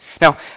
Now